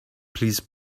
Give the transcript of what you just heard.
please